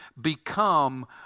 become